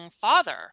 father